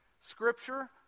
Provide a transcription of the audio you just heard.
scripture